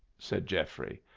said geoffrey.